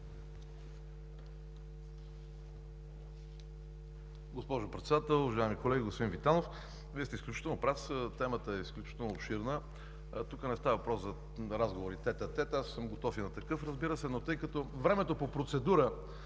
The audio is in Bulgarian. Госпожо Председател, уважаеми колеги! Господин Витанов, Вие сте изключително прав. Темата е изключително обширна. Тук не става въпрос за разговори тет-а-тет. Готов съм и на такъв, разбира се. Тъй като времето по процедура